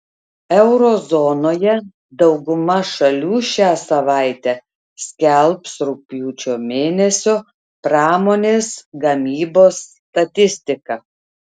euro zonoje dauguma šalių šią savaitę skelbs rugpjūčio mėnesio pramonės gamybos statistiką